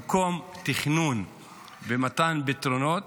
במקום תכנון ומתן פתרונות